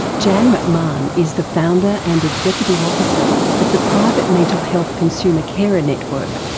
janne mcmahon is the founder and executive officer of the private mental health consumer carer network,